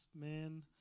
man